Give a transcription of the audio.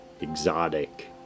exotic